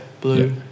Blue